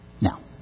Now